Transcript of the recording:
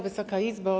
Wysoka Izbo!